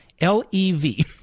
L-E-V